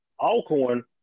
Alcorn